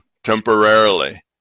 Temporarily